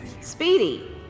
Speedy